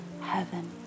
heaven